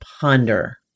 ponder